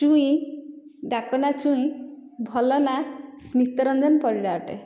ଚୁଇଁ ଡାକ ନାଁ ଚୁଇଁ ଭଲ ନାଁ ସ୍ମିତରଂଜନ ପରିଡ଼ା ଅଟେ